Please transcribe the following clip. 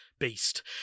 beast